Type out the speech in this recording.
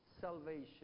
salvation